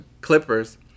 Clippers